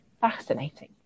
fascinating